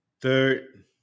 third